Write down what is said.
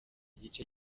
gice